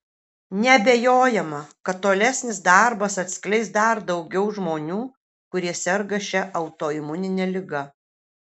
neabejojama kad tolesnis darbas atskleis dar daugiau žmonių kurie serga šia autoimunine liga